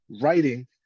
writing